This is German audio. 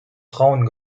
frauen